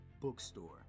bookstore